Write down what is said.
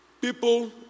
People